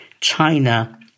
China